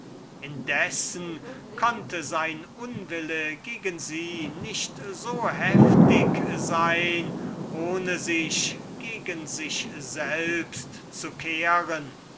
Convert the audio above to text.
indessen konnte sein unwille gegen sie nicht so heftig sein als er war ohne sich gegen sich selbst zu kehren